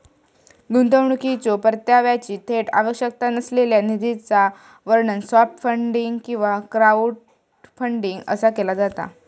गुंतवणुकीच्यो परताव्याची थेट आवश्यकता नसलेल्या निधीचा वर्णन सॉफ्ट फंडिंग किंवा क्राऊडफंडिंग असा केला जाता